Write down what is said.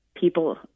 people